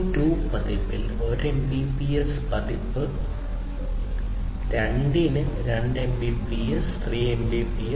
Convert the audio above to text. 2 പതിപ്പിൽ 1 Mbps പതിപ്പ് 2 ന് 2 Mbps 3 Mbps